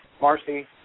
Marcy